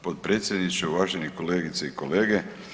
Potpredsjedniče, uvaženi kolegice i kolege.